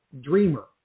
dreamer